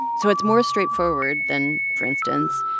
so it's more straightforward than, for instance,